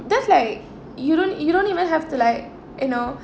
that's like you don't you don't even have to like you know